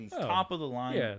top-of-the-line